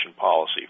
policy